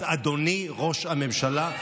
אז אדוני ראש הממשלה,